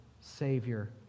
Savior